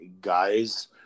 guys